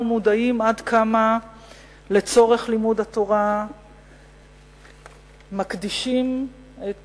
מודעים עד כמה לצורך לימוד התורה מקדישים את החיים.